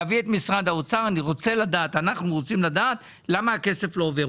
להביא את משרד האוצר ואנחנו רוצים לדעת למה הכסף לא עובר.